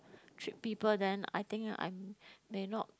treat people then I think I'm may not